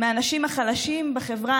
מהאנשים החלשים בחברה,